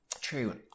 True